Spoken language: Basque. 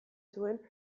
zuen